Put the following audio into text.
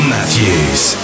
Matthews